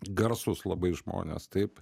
garsūs labai žmonės taip